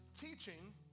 teaching